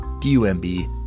D-U-M-B